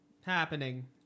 happening